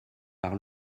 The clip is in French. par